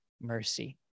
mercy